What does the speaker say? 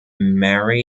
mare